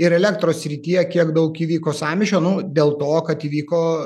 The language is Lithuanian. ir elektros srityje kiek daug įvyko sąmyšio nu dėl to kad įvyko